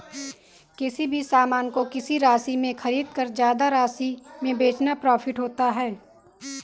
किसी भी सामान को किसी राशि में खरीदकर ज्यादा राशि में बेचना प्रॉफिट होता है